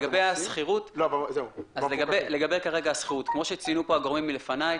לגבי השכירות, כמו שציינו הגורמים מלפניי,